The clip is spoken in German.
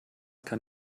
kann